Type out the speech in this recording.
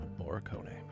Morricone